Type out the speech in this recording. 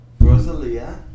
Rosalia